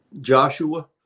Joshua